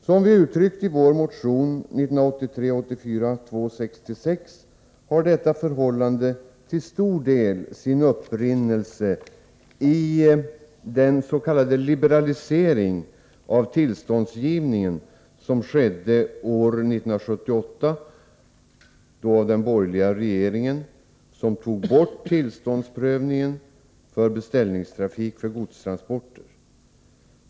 Som vi uttryckt i vår motion 1983/84:266 har detta förhållande till stor del sin upprinnelse i den s.k. liberalisering av tillståndsgivningen som skedde år 1978, då den borgerliga regeringen tog bort tillståndsprövningen för beställningstrafik för godstransporter.